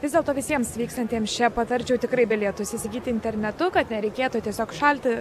vis dėlto visiems vykstantiems čia patarčiau tikrai bilietus įsigyti internetu kad nereikėtų tiesiog šalti